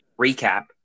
recap